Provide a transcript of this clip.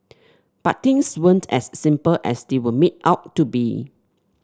but things weren't as simple as they were made out to be